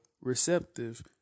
receptive